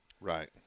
Right